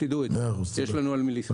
תדעו את זה, יש לנו על מי לסמוך.